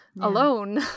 alone